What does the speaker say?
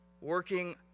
Working